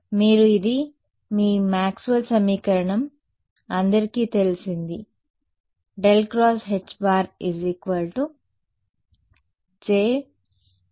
కాబట్టి మీరు ఇది మీ మాక్స్వెల్ సమీకరణం అందరికీ తెలిసింది HJ E∂t